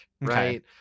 right